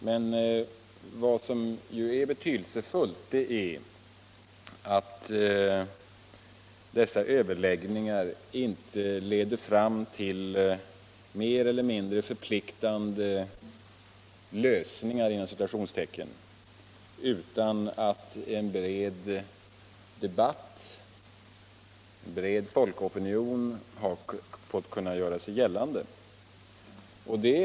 Men vad som är betydelsefullt är att dessa överläggningar inte leder fram till en mer eller mindre förpliktande ”lösning” utan att en bred folkopinion har fått göra sig gällande.